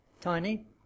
Tiny